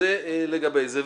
זה לגבי זה.